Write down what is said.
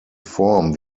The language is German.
form